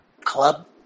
club